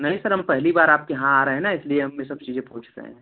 नहीं सर हम पहली बार आपके यहाँ आ रहे हैं ना इसलिए हम ये सब चीज़ें पूछ रहे हैं